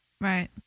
Right